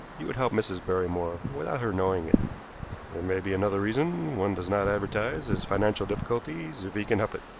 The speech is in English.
you would help mrs. barrymore without her knowing it. there may be another reason. one does not advertise his financial difficulties if he can help it.